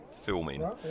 filming